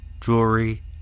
jewelry